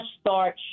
start